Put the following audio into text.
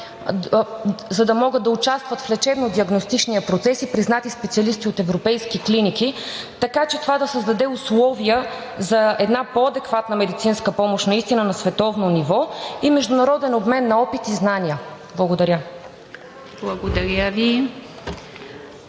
за да могат да участват в лечебно-диагностичния процес и признати специалисти от европейски клиники, така че това да създаде условия за една по-адекватна медицинска помощ наистина на световно ниво и международен обмен на опит и знания? Благодаря. ПРЕДСЕДАТЕЛ